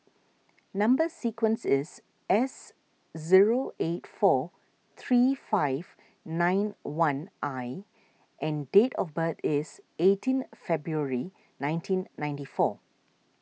Number Sequence is S zero eight four three five nine one I and date of birth is eighteen February nineteen ninety four